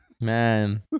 man